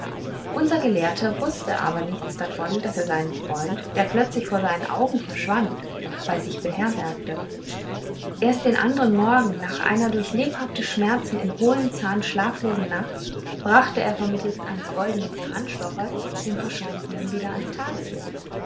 unser gelehrte wußte aber nichts davon daß er seinen freund der plötzlich vor seinen augen verschwand bei sich beherbergte erst den andern morgen nach einer durch lebhafte schmerzen im hohlen zahn schlaflosen nacht brachte er vermittelst eines goldenen zahnstochers den verschwundenen wieder ans tageslicht